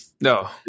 no